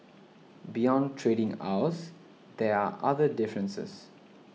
beyond trading hours there are other differences